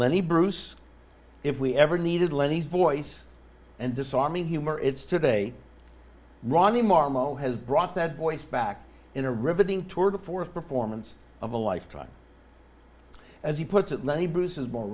lenny bruce if we ever needed lenny's voice and disarming humor it's today ronnie marmo has brought that voice back in a riveting tour de force performance of a lifetime as he puts it lenny bruce is more